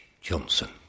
Johnson